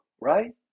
right